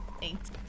thanks